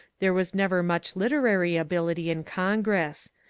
there was never much literary ability in congress.